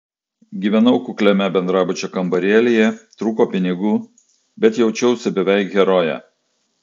gyvenau kukliame bendrabučio kambarėlyje trūko pinigų bet jaučiausi beveik heroje